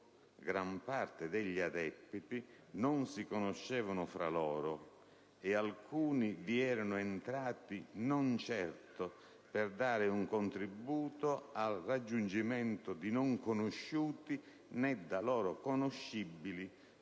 gran parte degli adepti non si conoscevano fra loro e alcuni (...) vi erano entrati non certo per dare un contributo al raggiungimento di non conosciuti né da loro conoscibili